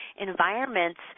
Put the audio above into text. environments